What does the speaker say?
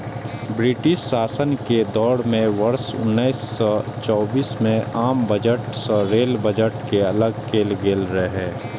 British शासन के दौर मे वर्ष उन्नैस सय चौबीस मे आम बजट सं रेल बजट कें अलग कैल गेल रहै